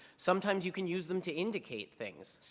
sometimes you can use them to indicate things.